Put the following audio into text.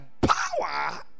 power